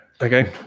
okay